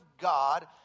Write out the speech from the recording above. God